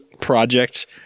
project